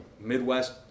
Midwest